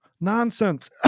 nonsense